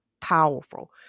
powerful